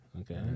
Okay